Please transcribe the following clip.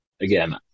again